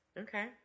Okay